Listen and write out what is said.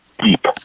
deep